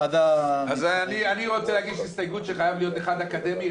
אז אני רוצה להגיש הסתייגות שחייב להיות אחד אקדמי,